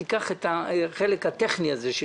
תיקח את החלק הטכני הזה,